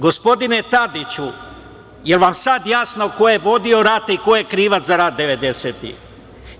Gospodine Tadiću, jel vam sada jasno ko je vodio rat i ko je krivac za rat 90-ih?